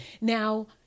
Now